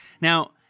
Now